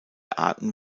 arten